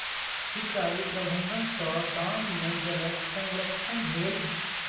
सिचाई प्रबंधन सॅ गाम में जलक संरक्षण भेल